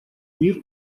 мир